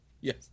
yes